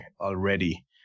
already